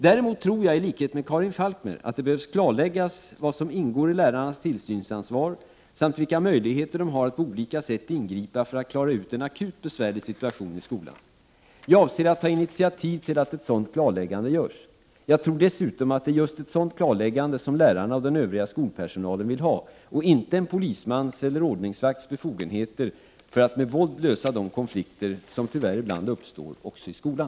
Däremot tror jag, i likhet med Karin Falkmer, att det behöver klarläggas vad som ingår i lärarnas tillsynsansvar samt vilka möjligheter de har att på olika sätt ingripa för att klara ut en akut besvärlig situation i skolan. Jag avser att ta initiativ till att ett sådant klarläggande görs. Jag tror dessutom att det är just ett sådant klarläggande som lärarna och den övriga skolpersonalen vill ha och inte en polismans eller ordningsvakts befogenheter att med våld lösa de konflikter som tyvärr ibland uppstår också i skolan.